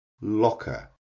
Locker